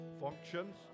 functions